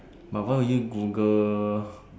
but why would you Google